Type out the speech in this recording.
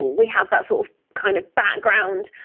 we have that sort of kind of background.